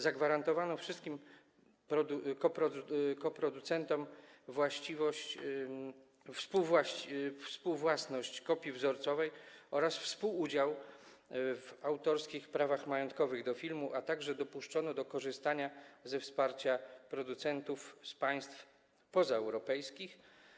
Zagwarantowano wszystkim koproducentom współwłasność kopii wzorcowej oraz współudział w autorskich prawach majątkowych do filmu, a także dopuszczono do korzystania ze wsparcia producentów z państw pozaeuropejskich.